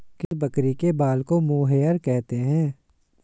किस बकरी के बाल को मोहेयर कहते हैं?